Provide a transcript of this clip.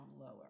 lower